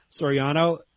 Soriano